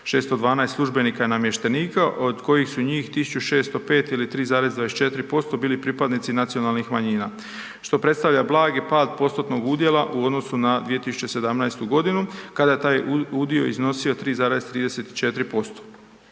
612 službenika i namještenika od kojih su njih 1605 ili 3,24% bili pripadnici nacionalnih manjina što predstavlja blagi pad postotnog udjela u odnosu na 2017. g. kada je taj udio iznosio 3,34%.